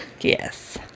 Yes